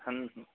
হুম হুম